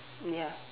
ya